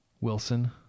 Wilson